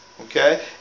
Okay